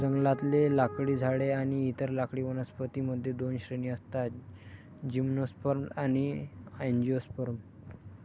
जंगलातले लाकडी झाडे आणि इतर लाकडी वनस्पतीं मध्ये दोन श्रेणी असतातः जिम्नोस्पर्म आणि अँजिओस्पर्म